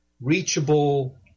reachable